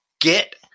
get